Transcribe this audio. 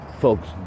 folks